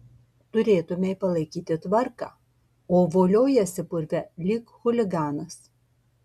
turėtumei palaikyti tvarką o voliojiesi purve lyg chuliganas